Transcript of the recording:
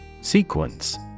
Sequence